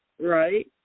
right